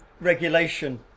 regulation